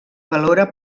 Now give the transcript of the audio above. valora